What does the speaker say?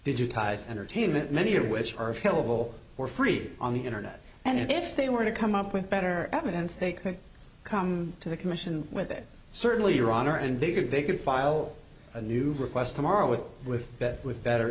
digitized entertainment many of which are available for free on the internet and if they were to come up with better evidence they could come to the commission with it certainly your honor and they could they could file a new request tomorrow with with that with better